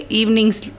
evenings